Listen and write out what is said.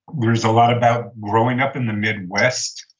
there's a lot about growing up in the midwest,